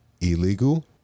illegal